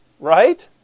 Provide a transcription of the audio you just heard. Right